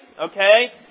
okay